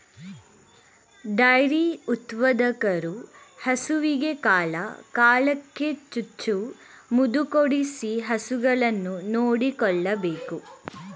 dairy ಉತ್ಪಾದಕರು ಹಸುವಿಗೆ ಕಾಲ ಕಾಲಕ್ಕೆ ಚುಚ್ಚು ಮದುಕೊಡಿಸಿ ಹಸುಗಳನ್ನು ನೋಡಿಕೊಳ್ಳಬೇಕು